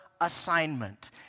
assignment